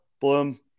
Bloom